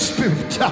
Spirit